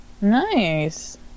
nice